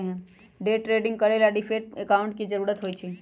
day trading करे ला demat account के जरूरत होई छई